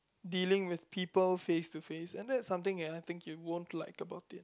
dealing with people face to face and that's something ya I think you won't like about it